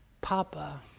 Papa